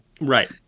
right